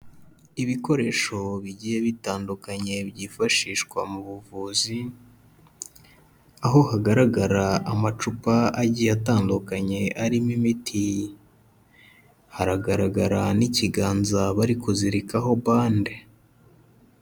Ibikoresho bigiye bitandukanye byifashishwa mu buvuzi, aho hagaragara amacupa agiye atandukanye arimo imiti, haragaragara n'ikiganza bari kuzirikaho bande.